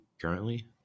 currently